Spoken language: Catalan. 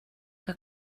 que